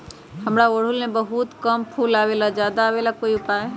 हमारा ओरहुल में बहुत कम फूल आवेला ज्यादा वाले के कोइ उपाय हैं?